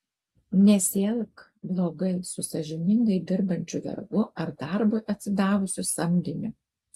nesielk blogai su sąžiningai dirbančiu vergu ar darbui atsidavusiu samdiniu